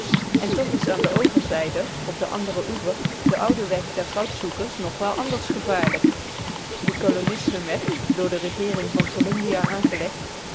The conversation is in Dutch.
en toch is aan de overzijde op den anderen oever de oude weg der goudzoekers nog wel anders gevaarlijk die kolonistenweg door de regeering van columbia aangelegd